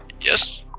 Yes